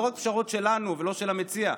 לא רק פשרות שלנו ולא של המציע,